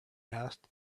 asked